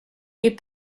est